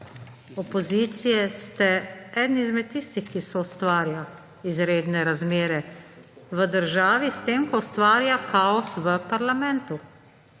opozicije ste eden izmed tistih, ki soustvarja izredne razmere v državi, s tem ko ustvarja kaos v parlamentu.